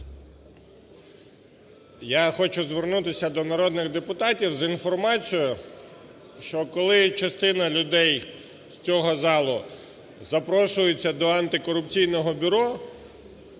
Я хочу звернутися до народних депутатів з інформацією, що коли частина людей з цього залу запрошується до антикорупційного бюро,